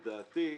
לדעתי,